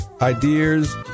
ideas